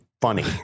funny